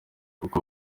kuko